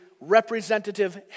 representative